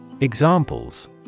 Examples